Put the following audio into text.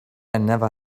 never